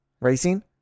Racing